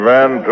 Van